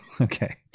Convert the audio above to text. Okay